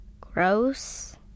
gross